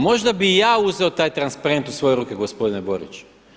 Možda bih i ja uzeo taj transparent u svoje ruke gospodine Borić.